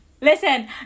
Listen